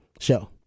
show